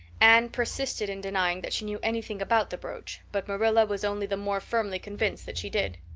anne persisted in denying that she knew anything about the brooch but marilla was only the more firmly convinced that she did.